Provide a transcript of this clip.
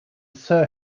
sir